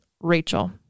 Rachel